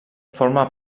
forma